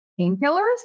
painkillers